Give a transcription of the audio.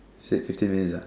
said fifteen minutes ah